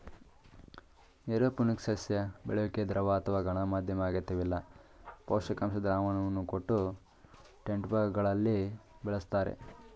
aeroponics ಸಸ್ಯ ಬೆಳ್ಯೋಕೆ ದ್ರವ ಅಥವಾ ಘನ ಮಾಧ್ಯಮ ಅಗತ್ಯವಿಲ್ಲ ಪೋಷಕಾಂಶ ದ್ರಾವಣವನ್ನು ಕೊಟ್ಟು ಟೆಂಟ್ಬೆಗಳಲ್ಲಿ ಬೆಳಿಸ್ತರೆ